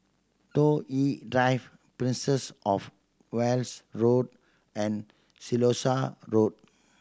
Toh Yi Drive Princess Of Wales Road and Siloso Road